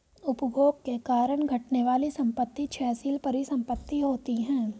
उपभोग के कारण घटने वाली संपत्ति क्षयशील परिसंपत्ति होती हैं